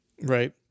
Right